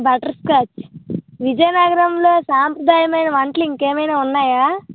butter scotch విజయనగరంలో సాంప్రదాయమైన వంటలు ఇంకా ఏమైనా ఉన్నాయా